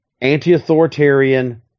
anti-authoritarian